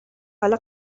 حالا